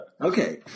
Okay